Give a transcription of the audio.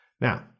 Now